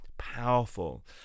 powerful